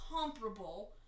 comparable